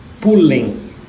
pulling